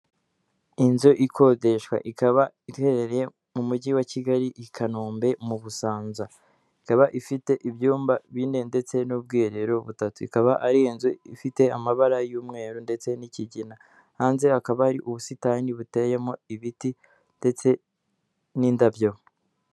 Inzu ikodeshwa ikaba iherereye mu mujyi wa Kigali i Kanombe mu Busanza, ikaba ifite ibyumba bine ndetse n'ubwiherero butatu, ikaba ari inzu ifite amabara y'umweru ndetse n'ikigina, hanze akaba ari ubusitani buteyemo ibiti ndetse n'indabyo.